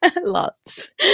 lots